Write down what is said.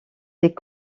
les